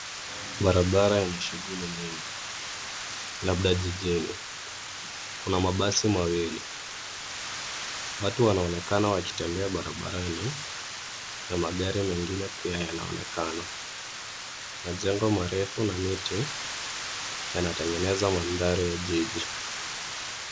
Barabara yenye shughuli nyingi, labda jijini. Kuna mabasi mawili. Watu wanaonekana wakitembea barabarani, na magari mengine pia yanaonekana. Majengo marefu na miti, yanatengeneza mandhari ya jiji.